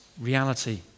reality